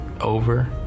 over